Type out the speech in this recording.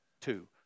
Two